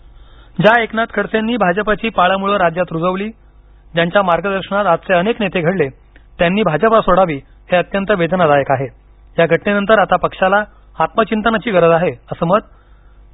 खडसे ज्या एकनाथ खडसेंनी भाजपाची पाळमुळं राज्यात रुजवली ज्यांच्या मार्गदर्शनात आजचे अनेक नेते घडले त्यांनी भाजपा सोडावी हे अत्यंत वेदनादायक आहे या घटनेनंतर आता पक्षाला आत्मचिंतनाची गरज आहे असं मत